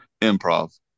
Improv